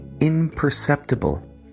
imperceptible